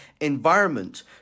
environment